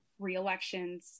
reelections